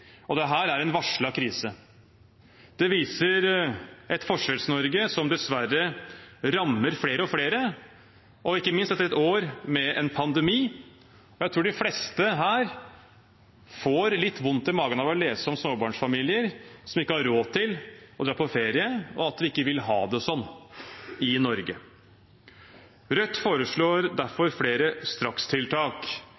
og dette er en varslet krise. Det viser et Forskjells-Norge som dessverre rammer flere og flere, ikke minst etter et år med en pandemi. Jeg tror de fleste her får litt vondt i magen av å lese om småbarnsfamilier som ikke har råd til å dra på ferie. Vi vil ikke ha det sånn i Norge. Rødt foreslår